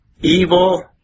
evil